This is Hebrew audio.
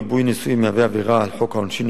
ריבוי נישואין מהווה עבירה על חוק העונשין,